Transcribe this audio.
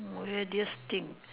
weirdest thing